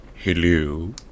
Hello